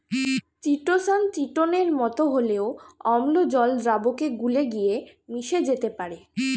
chitosan চিটোনের মতো হলেও অম্ল জল দ্রাবকে গুলে গিয়ে মিশে যেতে পারে